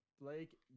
Blake